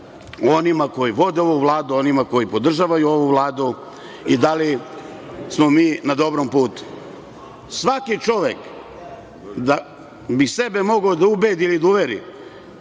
onima koji vode ovu Vladu, o onima koji podržavaju ovu Vladu i da li smo mi na dobrom putu. Svaki čovek, da bi sebe mogao da ubedi ili da se uveri